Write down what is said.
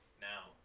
now